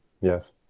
Yes